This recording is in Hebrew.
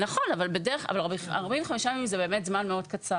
נכון, אבל 45 ימים זה זמן קצר מאוד.